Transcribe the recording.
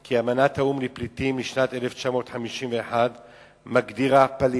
כי אמנת האו"ם לפליטים משנת 1951 מגדירה פליט.